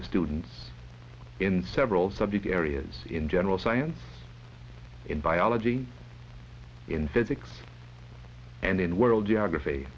of students in several subject areas in general science in biology in physics and in world geography